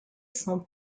sont